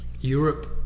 Europe